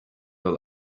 yol